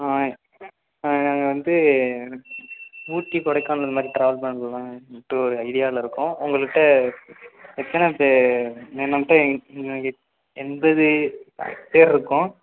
ஆ ஆ நாங்கள் வந்து ஊட்டி கொடைக்கானல் மாதிரி ட்ராவல் பண்ணணுண்ட்டு ஒரு ஐடியாவில் இருக்கோம் உங்கள் கிட்டே எத்தனை மே மந்த்து நாங்கள் எண்பது பேரிருக்கோம்